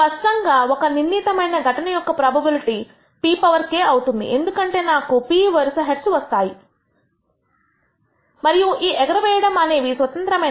స్పష్టంగా ఒక నిర్ణీతమైన ఘటన యొక్క ప్రోబబిలిటీ pk అవుతుంది ఎందుకంటే నాకు p వరుస హెడ్స్ వస్తాయి మరియు ఈ ఎగరవేయడం అనేవి స్వతంత్రమైన